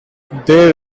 their